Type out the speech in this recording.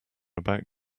about